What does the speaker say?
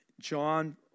John